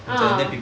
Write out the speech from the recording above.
ah